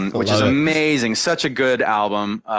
which is amazing such a good album.